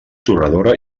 torradora